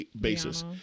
basis